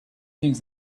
things